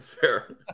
fair